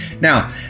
Now